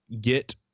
get